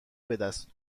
بدست